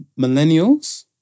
millennials